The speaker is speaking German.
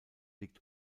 liegt